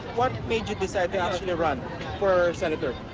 what made you decide to actually run for senator?